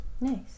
nice